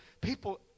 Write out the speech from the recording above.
people